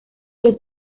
los